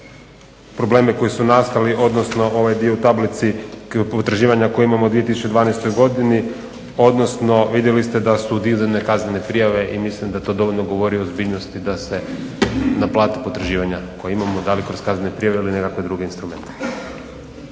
probleme koji su nastali odnosno ovaj dio u tablici, potraživanja koja imamo u 2012. godini, odnosno vidjeli ste da su dizane kaznene prijave i mislim da to dovoljno govori o ozbiljnosti da se naplate potraživanja koja imamo, da li kroz kaznene prijave ili nekakve druge instrumente.